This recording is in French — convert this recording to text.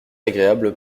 agréable